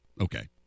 Okay